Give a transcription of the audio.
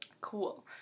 Cool